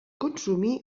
consumir